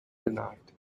denied